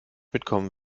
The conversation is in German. mitkommen